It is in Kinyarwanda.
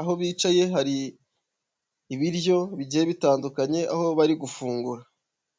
aho bicaye hari ibiryo bigiye bitandukanye, aho bari gufungura.